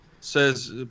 says